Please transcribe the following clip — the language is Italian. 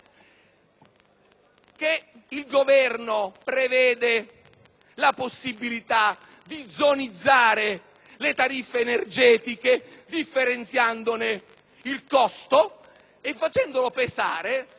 Il Governo prevede la possibilità di zonizzare le tariffe energetiche, differenziandone il costo e facendolo pesare